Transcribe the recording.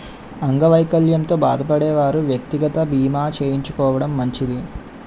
అంగవైకల్యంతో బాధపడే వారు వ్యక్తిగత బీమా చేయించుకోవడం మంచిది